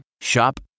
Shop